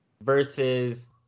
versus